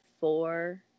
four